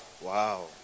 Wow